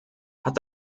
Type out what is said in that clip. hat